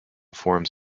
forms